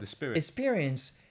experience